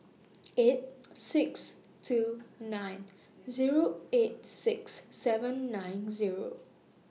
eight six two nine Zero eight six seven nine Zero